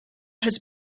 has